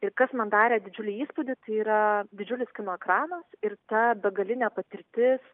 ir kas man darė didžiulį įspūdį tai yra didžiulis kino ekranas ir ta begalinė patirtis